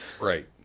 Right